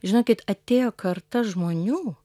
žinokit atėjo karta žmonių